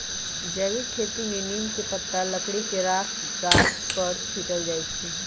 जैविक खेती में नीम के पत्ता, लकड़ी के राख गाछ पर छिट्ल जाइ छै